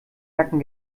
nacken